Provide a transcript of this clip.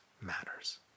matters